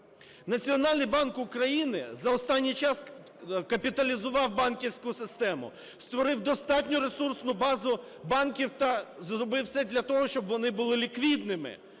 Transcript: Національний банк України за останній час капіталізував банківську систему, створив достатню ресурсну базу банків та зробив все для того, щоб вони були ліквідними,